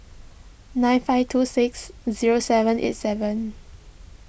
nine five two six zero seven eight seven